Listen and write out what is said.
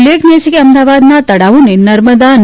ઉલ્લેખનીય છે કે અમદાવાદના તળાવોને નર્મદા નીરથી તા